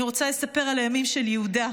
אני רוצה לספר על הימים של יהודה,